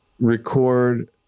record